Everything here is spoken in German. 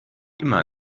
immer